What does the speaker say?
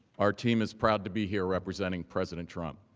our team is proud to be here representing president trump.